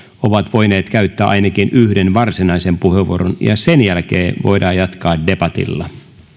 ovat voineet käyttää ainakin yhden varsinaisen puheenvuoron ja sen jälkeen voidaan jatkaa debatilla arvoisa